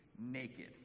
naked